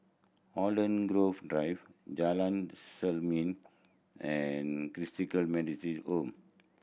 Holland Grove Drive Jalan Selimang and Christalite Methodist Home